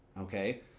okay